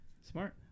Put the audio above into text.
Smart